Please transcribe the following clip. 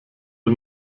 der